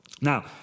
Now